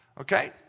Okay